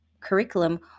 curriculum